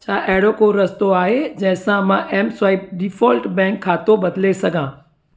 छा अहिड़ो को रस्तो आहे जंहिं सां मां एम स्वाइप डीफॉल्ट बैंक खातो बदिले सघां